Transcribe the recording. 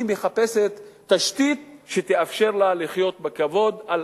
היא מחפשת תשתית שתאפשר לה לחיות בכבוד על